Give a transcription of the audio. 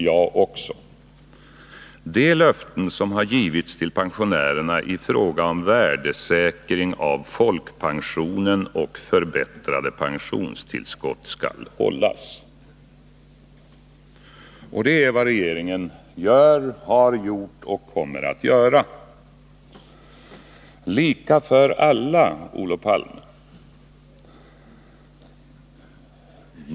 Där står: ”De löften som har givits till pensionärerna i fråga om värdesäkring av folkpensionen och förbättrade pensionstillskott skall hållas.” Det är också vad regeringen har gjort, gör och kommer att göra. ”Lika för alla”, Olof Palme.